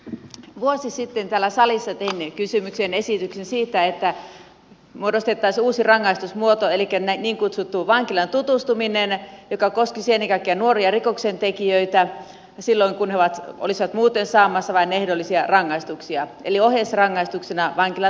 vuosi sitten täällä salissa teimme esityksen siitä että muodostettaisiin uusi rangaistusmuoto elikkä niin kutsuttu vankilaan tutustuminen joka koskisi ennen kaikkea nuoria rikoksentekijöitä silloin kun he olisivat muuten saamassa vain ehdollisia rangaistuksia eli oheisrangaistuksena olisi vankilaan tutustuminen